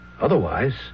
Otherwise